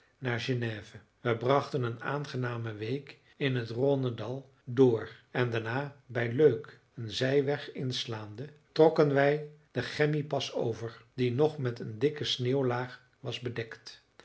naar genève we brachten een aangename week in het rhônedal door en daarna bij leuk een zijweg inslaande trokken wij den gemmipas over die nog met een dikke sneeuwlaag was bedekt